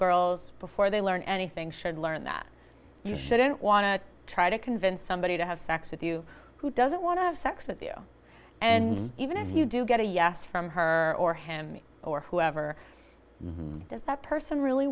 girls before they learn anything should learn that you shouldn't want to try to convince somebody to have sex with you who doesn't want to have sex with you and even if you do get a yes from her or him me or whoever does that person really